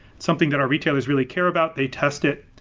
something that our retailers really care about, they test it,